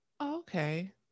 Okay